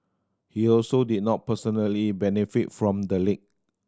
he also did not personally benefit from the leak